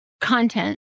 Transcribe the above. Content